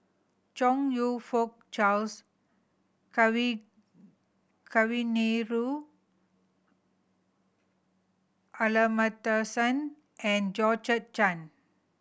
Chong You Fook Charles Kavignareru Amallathasan and Georgette Chen